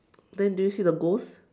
then do you see the ghost